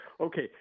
Okay